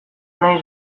naiz